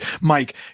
Mike